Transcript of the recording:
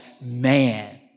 man